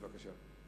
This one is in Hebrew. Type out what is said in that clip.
בבקשה.